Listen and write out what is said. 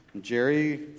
Jerry